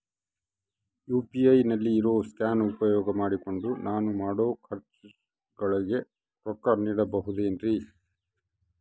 UPI ನಲ್ಲಿ ಇರೋ scan ಉಪಯೋಗ ಮಾಡಿಕೊಂಡು ನಾನು ಮಾಡೋ ಖರ್ಚುಗಳಿಗೆ ರೊಕ್ಕ ನೇಡಬಹುದೇನ್ರಿ?